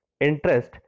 interest